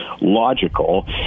logical